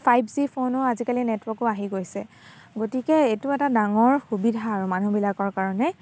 five G ফোনো আজিকালি নেটৱৰ্কো আহি গৈছে গতিকে এইটো এটা ডাঙৰ সুবিধা আৰু মানুহবিলাকৰ কাৰণে